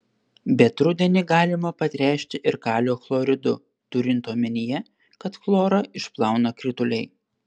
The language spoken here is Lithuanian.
bet rudenį galima patręšti ir kalio chloridu turint omenyje kad chlorą išplauna krituliai